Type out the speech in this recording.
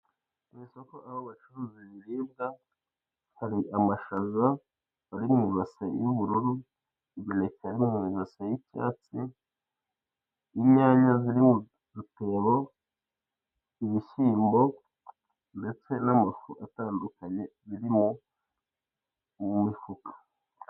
Mu isoko aho bacuruza ibiribwa hari amashyaza ari mu base y'ubururu, imineke iri mu base y'icyatsi n'inyanya ziri mu gatebo, ibishyimbo ndetse n'amafu atandukanye biri mu mufuka.